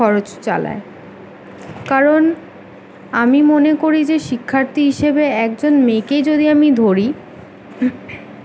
খরচ চালায় কারণ আমি মনে করি যে শিক্ষার্থী হিসেবে একজন মেয়েকে যদি আমি ধরি